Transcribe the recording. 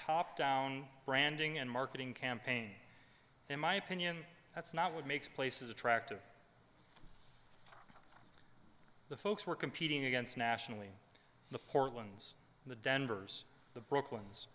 top down branding and marketing campaign in my opinion that's not what makes places attractive the folks we're competing against nationally the portland's the denver's the brooklyn's